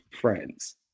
friends